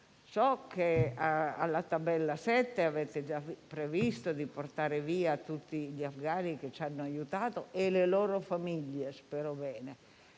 So che alla tabella 7 avete già previsto di portare via tutti gli afghani che ci hanno aiutato e - lo spero bene